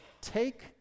take